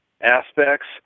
aspects